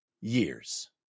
years